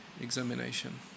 examination